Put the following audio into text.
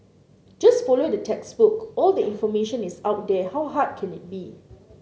just follow the textbook all the information is out there how hard can it be